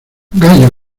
gallo